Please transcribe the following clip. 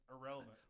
irrelevant